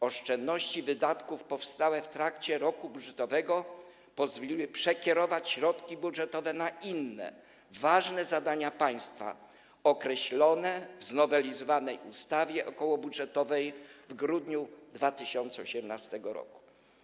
Oszczędności wydatków powstałe w trakcie roku budżetowego pozwoliły przekierować środki budżetowe na inne ważne zadania państwa określone w znowelizowanej ustawie okołobudżetowej w grudniu 2018 r.